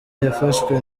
yafashwe